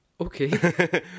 Okay